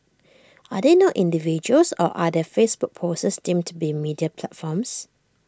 are they not individuals or are their Facebook posts deemed to be media platforms